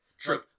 True